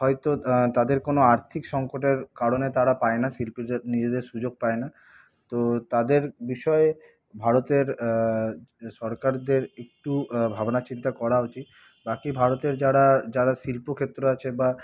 হয়তো তাদের কোনো আর্থিক সংকটের কারণে তারা পায় না শিল্প নিজেদের সুযোগ পায় না তো তাদের বিষয়ে ভারতের সরকারদের একটু ভাবনাচিন্তা করা উচিৎ বাকি ভারতের যারা যারা শিল্পক্ষেত্র আছে বা